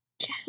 Yes